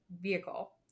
vehicle